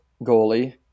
goalie